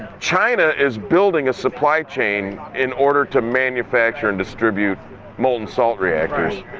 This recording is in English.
china is building a supply chain in order to manufacture and distribute molten salt reactors,